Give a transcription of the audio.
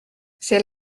c’est